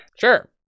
Sure